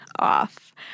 off